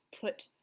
put